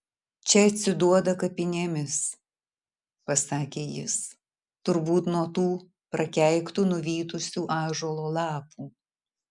čia atsiduoda kapinėmis pasakė jis turbūt nuo tų prakeiktų nuvytusių ąžuolo lapų